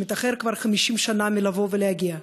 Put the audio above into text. שמאחר כבר 50 שנה לבוא ולהגיע.